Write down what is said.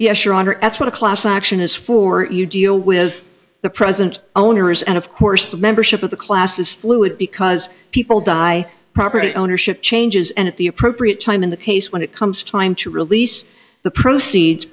x what a class action is for you deal with the present owners and of course the membership of the class is fluid because people die property ownership changes and at the appropriate time in the case when it comes time to release the proceeds